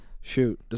Shoot